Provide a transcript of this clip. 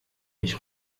ich